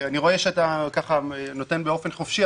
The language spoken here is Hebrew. אני רואה שאתה נותן באופן חופשי,